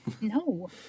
No